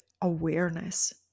awareness